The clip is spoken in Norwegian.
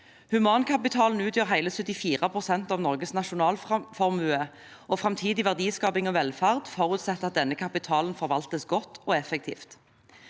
Humankapitalen utgjør hele 74 pst. av Norges nasjonalformue, og framtidig verdiskaping og velferd forutsetter at denne kapitalen forvaltes godt og effektivt.